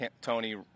Tony